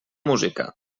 música